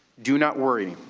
do not worry.